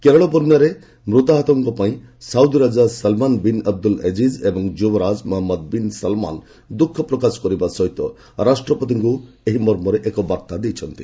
କେରଳ ବନ୍ୟାରେ ମୃତାହତଙ୍କ ପାଇଁ ସାଉଦୀ ରାଜା ସଲ୍ମାନ୍ ବିନ୍ ଅବ୍ଦୁଲ ଅଜିଜ୍ ଏବଂ ଯୁବରାଜ ମହମ୍ମଦ ବିନ୍ ସଲ୍ମାନ୍ ଦୁଃଖ ପ୍ରକାଶ କରିବା ସହ ରାଷ୍ଟ୍ରପତିଙ୍କୁ ଏହି ମର୍ମରେ ଏକ ବାର୍ତ୍ତା ଦେଇଛନ୍ତି